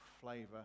flavor